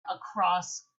across